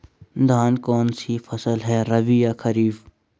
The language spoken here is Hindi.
धान कौन सी फसल है रबी या खरीफ?